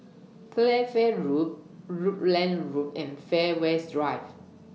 Playfair Road Rutland Road and Fairways Drive